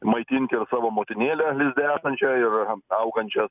maitint ir savo motinėlę lizde esančią ir augančią